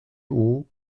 haut